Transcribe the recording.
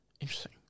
interesting